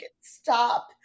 stop